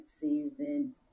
season